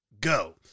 Go